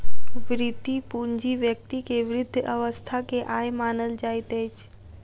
वृति पूंजी व्यक्ति के वृद्ध अवस्था के आय मानल जाइत अछि